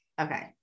Okay